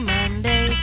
Monday